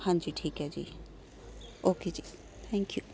ਹਾਂਜੀ ਠੀਕ ਹੈ ਜੀ ਓਕੇ ਜੀ ਥੈਂਕ ਯੂ